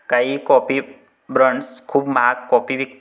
काही coffee brands खूप महाग कॉफी विकतात